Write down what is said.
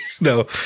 No